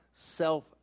self